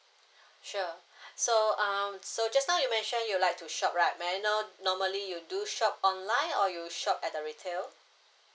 sure so um so just now you mentioned you like to shop right may I know normally you do shop online or you shop at the retail